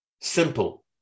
Simple